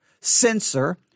censor